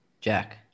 Jack